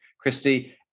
Christy